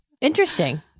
Interesting